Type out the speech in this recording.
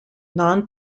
non